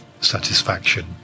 satisfaction